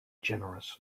generous